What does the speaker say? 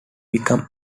become